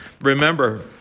remember